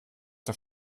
der